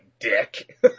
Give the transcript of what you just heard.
Dick